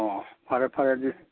ꯑꯣ ꯐꯔꯦ ꯐꯔꯦ ꯑꯗꯨꯗꯤ